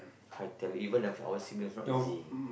I tell you even if our siblings also not easy